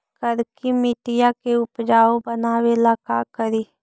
करिकी मिट्टियां के उपजाऊ बनावे ला का करी?